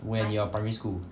when you are primary school